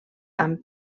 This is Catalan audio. amb